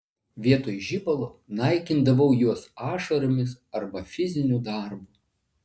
vietoj žibalo naikindavau juos ašaromis arba fiziniu darbu